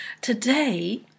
Today